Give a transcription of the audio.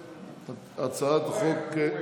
כן,